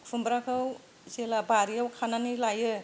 खुम्ब्राखौ जेब्ला बारियाव खानानै लायो